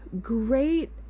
great